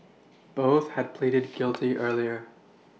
both had pleaded guilty earlier